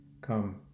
come